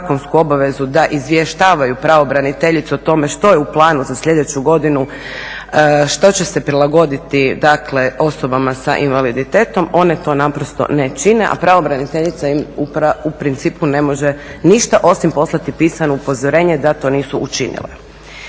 da izvještavaju pravobraniteljicu o tome što je u planu za sljedeću godinu, što će se prilagoditi dakle osobama s invaliditetom, one to naprosto ne čine a pravobraniteljica im u principu ne može ništa osim poslati pisano upozorenje da to nisu učinile.